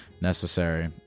necessary